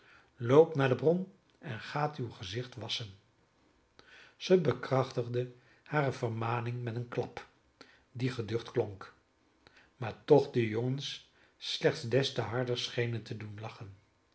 naar de bron en gaat uw gezicht wasschen zij bekrachtigde hare vermaning met een klap die geducht klonk maar toch de jongens slechts des te harder scheen te doen lachen